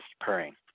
purring